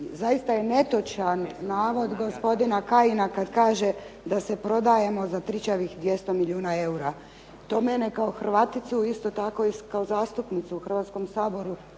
Zaista je netočan navod gospodina Kajina kad kaže da se prodajemo za trićavih 200 milijuna eura. To mene kao Hrvaticu, isto tako i kao zastupnicu u Hrvatskom saboru,